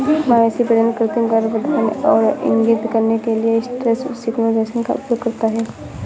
मवेशी प्रजनन कृत्रिम गर्भाधान यह इंगित करने के लिए एस्ट्रस सिंक्रोनाइज़ेशन का उपयोग करता है